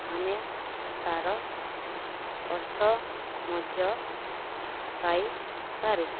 ଆମେ ତା'ର ଅର୍ଥ ମଧ୍ୟ ପାଇପାରୁ